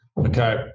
Okay